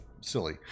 silly